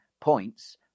points